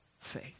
faith